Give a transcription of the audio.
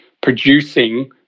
producing